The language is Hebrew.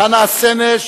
חנה סנש